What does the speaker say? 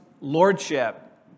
Lordship